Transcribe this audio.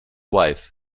wife